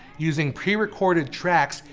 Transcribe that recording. using pre-recorded tracks,